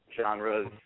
genres